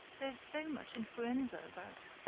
there's so much influenza about.